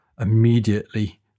immediately